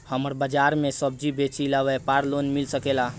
हमर बाजार मे सब्जी बेचिला और व्यापार लोन मिल सकेला?